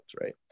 right